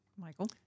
Michael